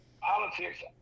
politics